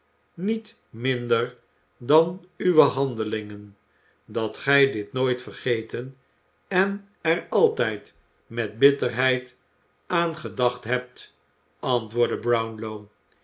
niet minder dan uwe handelingen dat gij dit nooit vergeten en er altijd met bitterheid aan gedacht hebt antwoordde brownlow